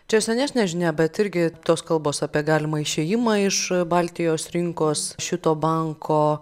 čia senesnė žinia bet irgi tos kalbos apie galimą išėjimą iš baltijos rinkos šito banko